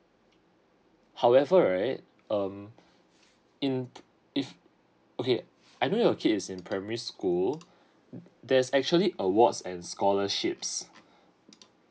however right um in p~ if okay I know your kids in primary school there's actually awards and scholarships